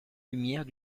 lumières